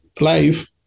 Live